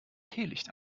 teelicht